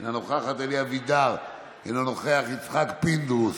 אינה נוכחת, אלי אבידר, אינו נוכח, יצחק פינדרוס,